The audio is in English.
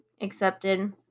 accepted